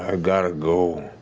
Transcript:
ah got to go.